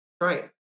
Right